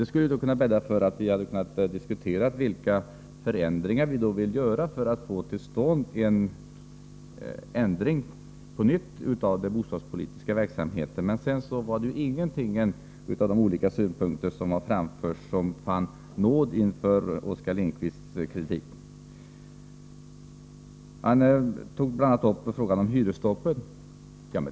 Det skulle ha kunnat bädda för att vi hade diskuterat vilka förändringar vi vill göra för att på nytt få till stånd en ändring av den bostadspolitiska verksamheten. Men sedan var det ingen av de framförda synpunkterna som fann nåd inför Oskar Lindkvists kritik. Oskar Lindkvist tog bl.a. upp frågan om hyresstoppet.